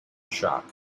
shock